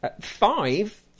Five